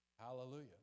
Hallelujah